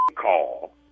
call